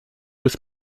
with